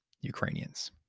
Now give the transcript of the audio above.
Ukrainians